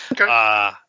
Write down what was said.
Okay